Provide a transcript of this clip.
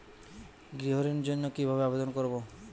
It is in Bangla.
গৃহ ঋণ জন্য কি ভাবে আবেদন করব?